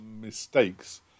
mistakes